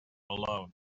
alone